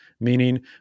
meaning